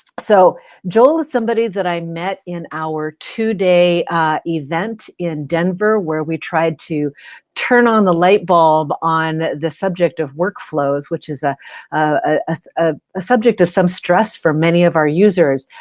so joel is somebody that i met in our two day event in denver where we tried to turn on the light bulb on the subject of workflows which is a ah ah ah subject of some stress for many of our users.